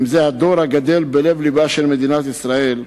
אם זה הדור הגדל בלב לבה של מדינת ישראל,